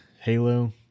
Halo